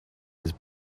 his